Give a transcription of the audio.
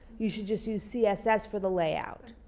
you should just use css for the layout.